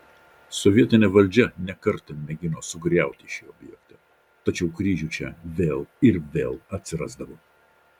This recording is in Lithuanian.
sovietinė valdžia ne kartą mėgino sugriauti šį objektą tačiau kryžių čia vėl ir vėl atsirasdavo